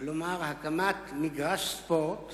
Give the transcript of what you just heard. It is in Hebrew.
כלומר הקמת מגרש ספורט